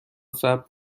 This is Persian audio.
ثبت